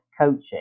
coaching